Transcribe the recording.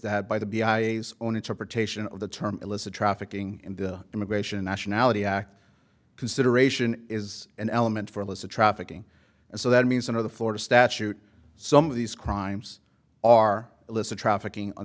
that by the b i own interpretation of the term illicit trafficking in the immigration and nationality act consideration is an element for illicit trafficking and so that means under the florida statute some of these crimes are illicit trafficking o